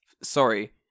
Sorry